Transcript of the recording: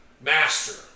Master